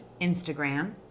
Instagram